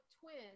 twins